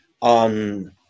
on